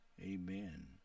amen